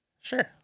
Sure